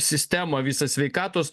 sistemą visą sveikatos